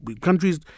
Countries